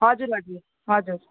हजुर हजुर हजुर